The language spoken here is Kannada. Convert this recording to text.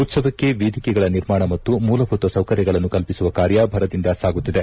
ಉತ್ಸವಕ್ಕೆ ವೇದಿಕೆಗಳ ನಿರ್ಮಾಣ ಮತ್ತು ಮೂಲಭೂತ ಸೌಲಭ್ಯಗಳನ್ನು ಕಲ್ಪಿಸುವ ಕಾರ್ಯಭರದಿಂದ ಸಾಗುತ್ತಿದೆ